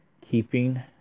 keeping